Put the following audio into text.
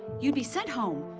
you'd be sent home.